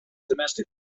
domestically